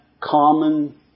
common